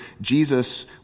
Jesus